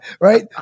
right